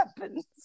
weapons